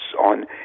on